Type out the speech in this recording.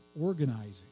organizing